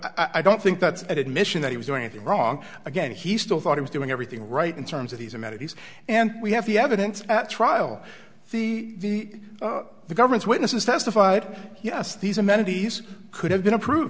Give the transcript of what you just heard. but i don't think that's an admission that he was doing anything wrong again he still thought he was doing everything right in terms of his amenities and we have the evidence at trial see the government's witnesses testified yes these amenities could have been approved